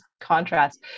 contrast